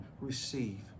receive